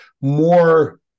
more